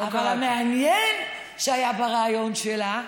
אבל המעניין שהיה בריאיון שלה,